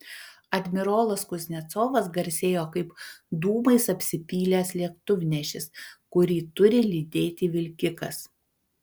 admirolas kuznecovas garsėjo kaip dūmais apsipylęs lėktuvnešis kurį turi lydėti vilkikas